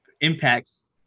impacts